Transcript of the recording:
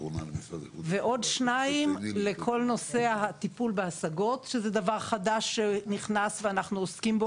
ועוד שניים לכל נושא הטיפול בהשגות שזה דבר חדש שנכנס ואנחנו עוסקים בו